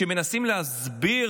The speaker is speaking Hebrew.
מנסים להסביר